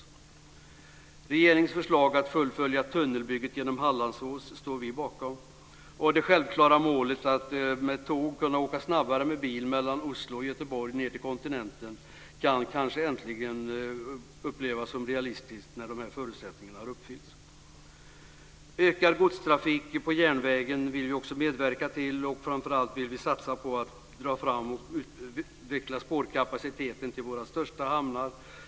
Vi står bakom regeringens förslag att fullfölja tunnelbygget genom Hallandsås. Det självklara målet att med tåg kunna åka snabbare än med bil mellan Oslo och Göteborg till kontinenten kan kanske äntligen upplevas som realistiskt när dessa förutsättningar har uppfyllts. Vi vill också medverka till ökad godstrafik på järnvägen. Framför allt vill vi satsa på att dra fram och utveckla spårkapaciteten till våra största hamnar.